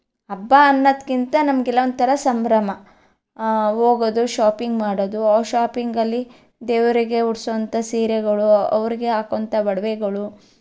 ಹಬ್ಬ ಅನ್ನೋದಕ್ಕಿಂತ ನಮಗೆಲ್ಲ ಒಂಥರ ಸಂಭ್ರಮ ಹೋಗೋದು ಶಾಪಿಂಗ್ ಮಾಡೋದು ಆ ಶಾಪಿಂಗಲ್ಲಿ ದೇವರಿಗೆ ಉಡ್ಸುವಂಥ ಸೀರೆಗಳು ಅವರಿಗೆ ಹಾಕುವಂಥ ಒಡವೆಗಳು